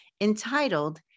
entitled